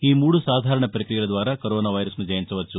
ఈ మూడు సాధారణ పక్రియల ద్వారా కరోనా వైరస్ను జయించవచ్చు